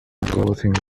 clothing